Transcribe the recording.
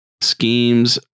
schemes